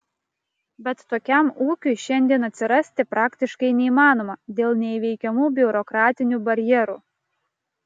bet tokiam ūkiui šiandien atsirasti praktiškai neįmanoma dėl neįveikiamų biurokratinių barjerų